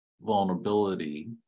vulnerability